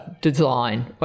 design